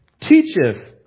teacheth